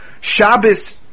Shabbos